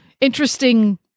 interesting